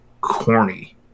corny